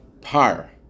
par